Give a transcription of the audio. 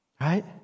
right